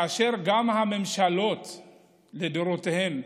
כאשר גם הממשלות לדורותיהן,